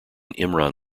imran